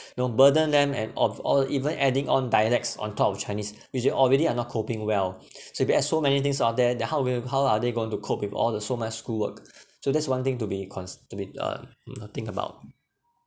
you know burden them and of all even adding on dialects on top of chinese which already are not coping well so be as so many things out there then how will how are they going to cope with all the so much schoolwork so that's one thing to be cons~ to be uh mm think about